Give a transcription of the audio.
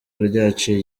ryaciye